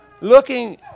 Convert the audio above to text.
looking